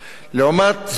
לעומת זאת,